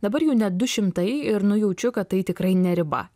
dabar jų net du šimtai ir nujaučiu kad tai tikrai ne riba